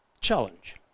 challenge